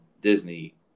Disney